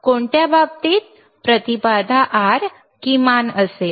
कोणत्या बाबतीत प्रतिबाधा R किमान असेल